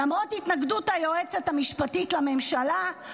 למרות התנגדות היועצת המשפטית לממשלה.